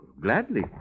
Gladly